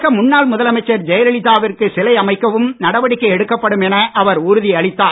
தமிழக முன்னாள் முதலமைச்சர் ஜெயலலிதா விற்கு சிலை அமைக்கவும் நடவடிக்கை எடுக்கப்படும் என அவர் உறுதியளித்தார்